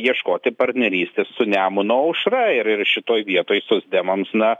ieškoti partnerystės su nemuno aušra ir ir šitoj vietoj socdemams na